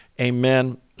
amen